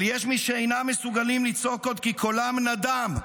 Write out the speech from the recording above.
אבל יש מי שאינם מסוגלים לצעוק עוד כי קולם נדם,